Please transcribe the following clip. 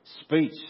speech